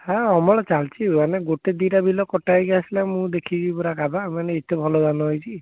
ହଁ ଅମଳ ଚାଲିଛି ମାନେ ଗୋଟେ ଦୁଇଟା ବିଲ କଟା ହେଇକି ଆସିଲା ମୁଁ ଦେଖିକି ପୁରା କାବା ମାନେ ଏତେ ଭଲ ଧାନ ହେଇଛି